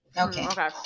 okay